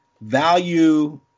value